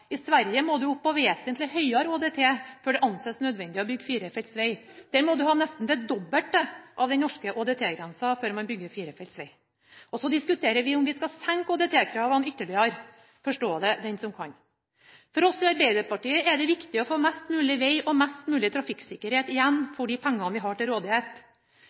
I Sverige må man opp på vesentlig høyere ÅDT før det ansees nødvendig å bygge firefelts veg. Der må man ha nesten det dobbelte av den norske ÅDT-grensen før man bygger firefelts veg. Og så diskuterer vi om vi skal senke ÅTD-kravene ytterligere. Forstå det den som kan! For oss i Arbeiderpartiet er det viktig å få mest mulig veg og mest mulig trafikksikkerhet igjen for de pengene vi har til rådighet.